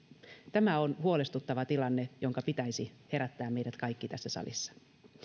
tämä on huolestuttava tilanne jonka pitäisi herättää meidät kaikki tässä salissa